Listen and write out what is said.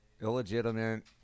illegitimate